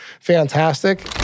fantastic